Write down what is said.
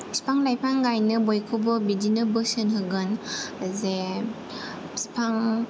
बिफां लाइफां गायनो बयखौबो बिदिनो बोसोन होगोन जे बिफां